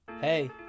Hey